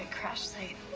crash site?